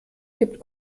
kippt